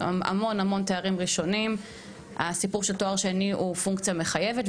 בהמון תארים ראשונים הסיפור של תואר שני הוא פונקציה מחייבת,